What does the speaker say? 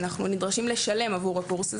אנחנו נדרשים לשלם עבור הקורס הזה.